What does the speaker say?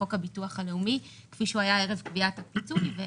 חוק הביטוח הלאומי כפי שהוא היה ערב קביעת הפיצוי.